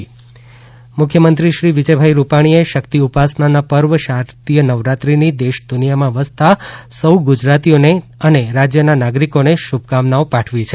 મ્ખ્યમંત્રી મુખ્યમંત્રી શ્રી વિજયભાઇ રૂપાણીએ શક્તિ ઉપાસના પર્વ શારદીય નવરાત્રિની દેશ દુનિયામાં વસતા સૌ ગુજરાતીઓને અને રાજ્યના નાગરિકોને શુભકામનાઓ પાઠવી છે